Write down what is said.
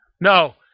No